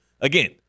again